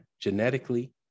genetically